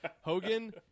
Hogan